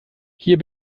hier